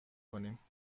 کنیم